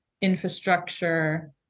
infrastructure